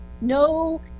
no